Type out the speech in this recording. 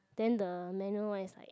then the manual one is like